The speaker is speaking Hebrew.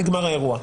נגמר האירוע.